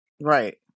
right